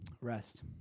rest